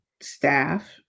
staff